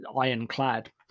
ironclad